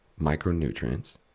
micronutrients